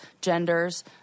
genders